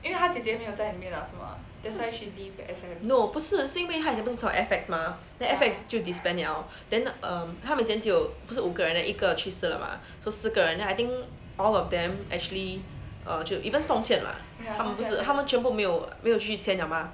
no 不是是因为他以前不是从 F_X mah then F_X 就 disband liao then um 他们以前只有不是五个人 then 一个去世了 mah so 四个人 then I think all of them actually err even song qian 他们不是他们全部没有没有去签了吗